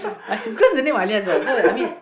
I have want the name Alias what so that I mean